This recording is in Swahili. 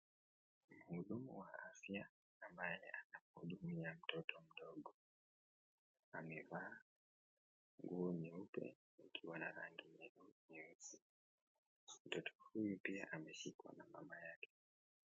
Muhudumu wa afya ambaye anahudumia mtoto mdogo, amevaa nguo nyeupe ikiwa na rangi nyeusi, mtoro huyu pia anshikwa na mama yake.